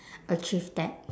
achieve that